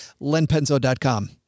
LenPenzo.com